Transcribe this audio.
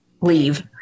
leave